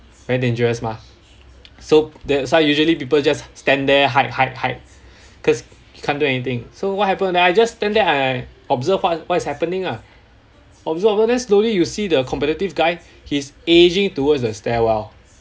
very dangerous mah so that's why usually people just stand there hide hide hide cause you can't do anything so what happened then I just stand there then I observe what what is happening ah observe observe then slowly you see the competitive guy he's edging towards the stairwell